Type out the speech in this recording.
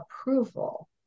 approval